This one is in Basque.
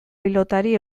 pilotari